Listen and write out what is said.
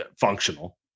functional